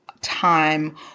time